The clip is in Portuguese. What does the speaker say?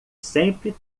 sempre